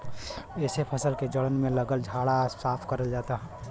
एसे फसल के जड़न में लगल झाला साफ करल जाला